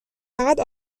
فقط